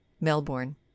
Melbourne